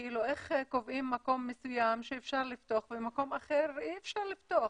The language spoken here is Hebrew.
איך קובעים מקום מסוים שאפשר לפתוח ומקום אחר אי אפשר לפתוח.